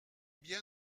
bien